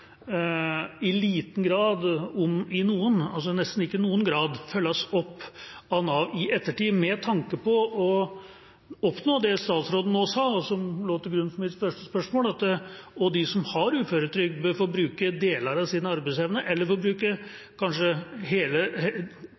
i liten grad – om i noen grad, altså nesten ikke i noen grad – følges opp av Nav i ettertid med tanke på å oppnå det som statsråden nå sa, og som lå til grunn for mitt første spørsmål, at også de som har uføretrygd, bør få bruke deler av sin arbeidsevne eller